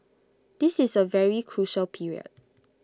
this is A very crucial period